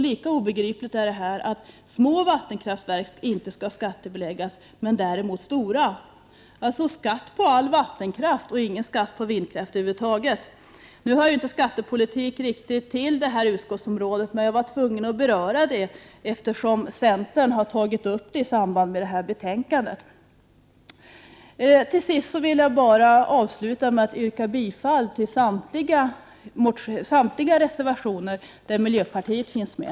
Lika obegripligt är det att små vattenkraftverk inte skall skattebeläggas men däremot stora. Vi vill alltså ha skatt på all vattenkraft men ingen skatt på vindkraft över huvud taget. Nu hör inte skattepolitik riktigt till detta utskottsområde, men jag var tvungen att beröra detta, eftersom centern har tagit upp frågan i samband med detta betänkande. Till sist vill jag bara yrka bifall till samtliga reservationer där miljöpartiet finns med.